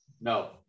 No